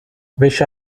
wish